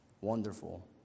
wonderful